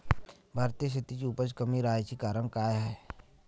भारतीय शेतीची उपज कमी राहाची कारन का हाय?